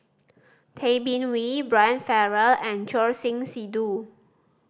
Tay Bin Wee Brian Farrell and Choor Singh Sidhu